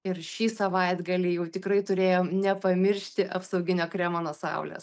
ir šį savaitgalį jau tikrai turėjom nepamiršti apsauginio kremo nuo saulės